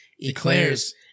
eclairs